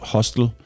Hostel